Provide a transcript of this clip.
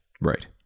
Right